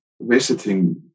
visiting